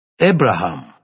Abraham